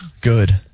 Good